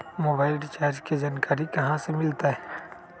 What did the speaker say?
Mobile recharge के जानकारी कहा से मिलतै?